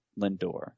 Lindor